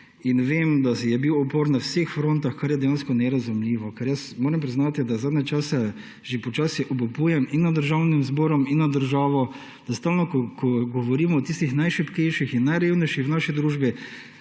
Vem, da je bil upor na vseh frontah, kar je dejansko nerazumljivo. Moram priznati, da zadnje čase počasi že obupujem in nad Državnim zborom in nad državo. Ko govorimo o tistih najšibkejših in najrevnejših v naši družbi,